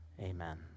Amen